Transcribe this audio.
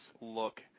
look